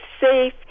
safe